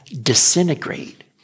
disintegrate